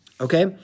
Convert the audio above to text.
Okay